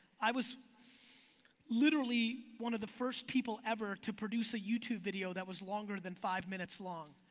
i was literally one of the first people ever to produce a youtube video that was longer than five minutes long,